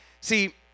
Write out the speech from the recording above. see